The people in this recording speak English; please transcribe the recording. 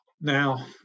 Now